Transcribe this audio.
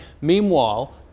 Meanwhile